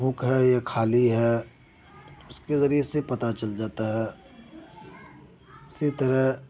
بک ہے یا خالی ہے اس کے ذریعے سے پتہ چل جاتا ہے اسی طرح